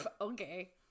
okay